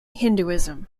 hinduism